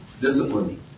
Discipline